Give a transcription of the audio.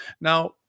Now